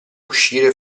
uscire